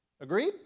Agreed